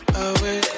away